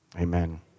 amen